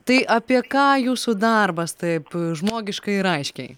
tai apie ką jūsų darbas taip žmogiškai ir aiškiai